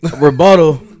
rebuttal